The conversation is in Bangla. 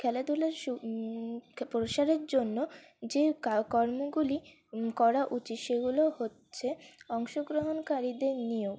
খেলাধূলার প্রসারের জন্য যে কর্মগুলি করা উচিত সেগুলো হচ্ছে অংশগ্রহণকারীদের নিয়োগ